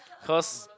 because